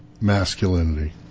masculinity